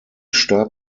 starb